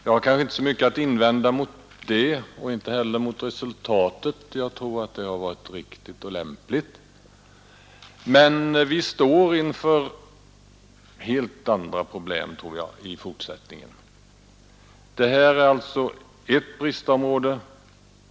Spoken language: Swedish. Jag har kanske inte så mycket att invända mot det och inte heller mot resultaten — jag tror att detta var riktigt och lämpligt. Men jag tror att vi i fortsättningen står inför helt andra problem. Detta är alltså ett bristområde.